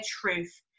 truth